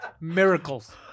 Miracles